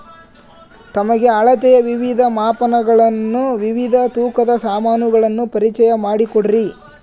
ನಮಗೆ ಅಳತೆಯ ವಿವಿಧ ಮಾಪನಗಳನ್ನು ವಿವಿಧ ತೂಕದ ಸಾಮಾನುಗಳನ್ನು ಪರಿಚಯ ಮಾಡಿಕೊಡ್ರಿ?